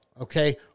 okay